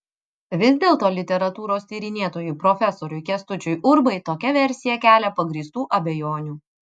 vis dėlto literatūros tyrinėtojui profesoriui kęstučiui urbai tokia versija kelia pagrįstų abejonių